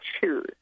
choose